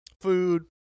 food